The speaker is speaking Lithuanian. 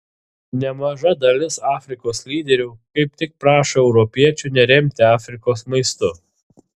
nemaža dalis afrikos lyderių kaip tik prašo europiečių neremti afrikos maistu